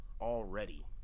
already